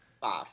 Five